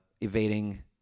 evading